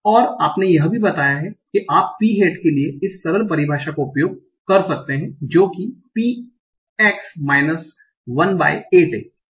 और आपने यह भी बताया है कि आप पी हैट के लिए इस सरल परिभाषा का उपयोग कर सकते हैं जो कि पी एक्स माइनस 1 बाय 8 है